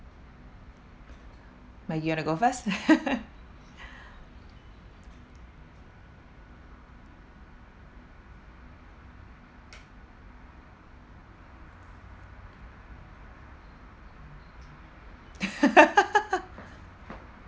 might you want to go first